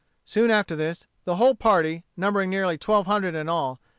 soon after this, the whole party, numbering nearly twelve hundred in all,